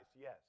yes